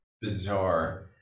bizarre